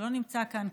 שלדעתי לא נמצא כאן,